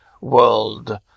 world